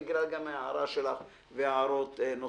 גם בגלל ההערה ששמענו כאן והערות נוספות.